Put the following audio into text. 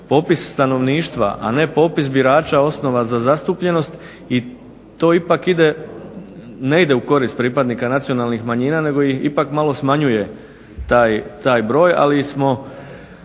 popis stanovništva, a ne popis birača osnova za zastupljenost i to ipak ne ide u korist pripadnika nacionalnih manjina nego ih ipak malo smanjuje taj broj, ali smo